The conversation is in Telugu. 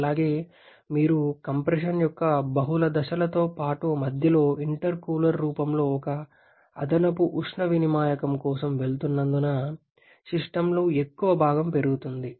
అలాగే మీరు కంప్రెషన్ యొక్క బహుళ దశలతోపాటు మధ్యలో ఇంటర్కూలర్ రూపంలో ఒక అదనపు ఉష్ణ వినిమాయకం కోసం వెళ్తున్నందున సిస్టమ్లో ఎక్కువ భాగం పెరుగుతుంది